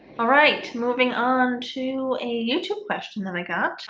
all right moving on to a youtube question that i got.